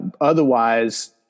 otherwise